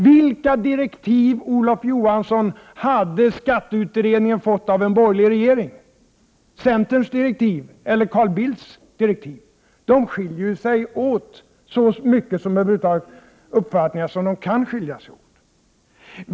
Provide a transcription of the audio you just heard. Vilka direktiv, Olof Johansson, hade skatteutredningen fått av en borgerlig regering — centerns direktiv eller Carl Bildts direktiv? De skiljer sig ju åt så mycket som uppfattningar över huvud taget kan skilja sig åt.